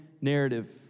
narrative